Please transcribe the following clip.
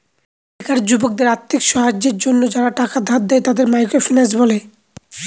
বেকার যুবকদের আর্থিক সাহায্যের জন্য যারা টাকা ধার দেয়, তাদের মাইক্রো ফিন্যান্স বলে